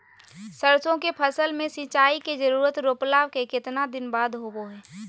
सरसों के फसल में सिंचाई के जरूरत रोपला के कितना दिन बाद होबो हय?